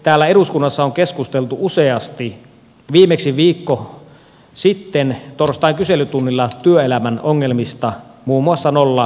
täällä eduskunnassa on keskusteltu useasti viimeksi viikko sitten torstain kyselytunnilla työelämän ongelmista muun muassa nollatyösopimuksista